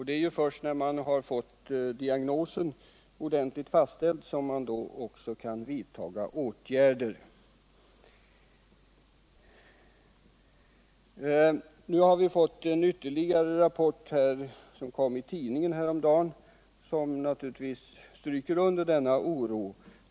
Det är först när man fått diagnosen ordentligt fastställd som man kan vidta åtgärder. Nu har vi fått ytterligare en rapport. Den publicerades i tidningen häromdagen och stryker under denna oro.